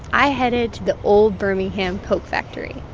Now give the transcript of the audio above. i headed to the old birmingham coke factory.